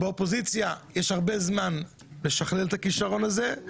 באופוזיציה יש הרבה זמן לשכלל את הכישרון הזה,